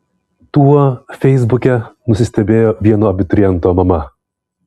tuo feisbuke nusistebėjo vieno abituriento mama